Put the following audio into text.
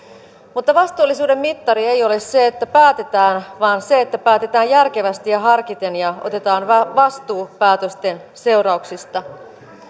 mutta vastuullisuuden mittari ei ole se että päätetään vaan se että päätetään järkevästi ja harkiten ja otetaan vastuu päätösten seurauksista